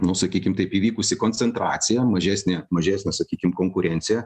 nu sakykim taip įvykusi koncentracija mažesnė mažesnė sakykim konkurencija